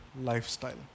lifestyle